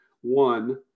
One